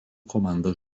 komandos